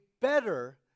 better